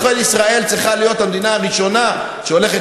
לכן ישראל צריכה להיות המדינה הראשונה שהולכת